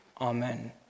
Amen